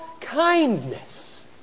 kindness